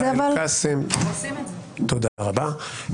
תודה רבה.